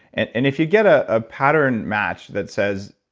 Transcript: and and if you get a ah pattern match that says,